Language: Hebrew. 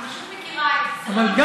אני פשוט מכירה את זה.